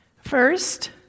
First